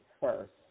first